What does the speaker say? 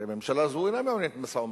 הרי הממשלה הזאת אינה מעוניינת במשא-ומתן.